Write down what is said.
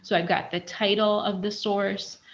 so i've got the title of the source,